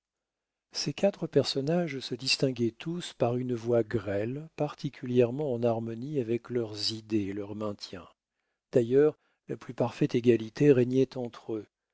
ces quatre personnages se distinguaient tous par une voix grêle particulièrement en harmonie avec leurs idées et leur maintien d'ailleurs la plus parfaite égalité régnait entre eux